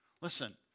Listen